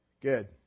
Good